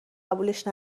قبولش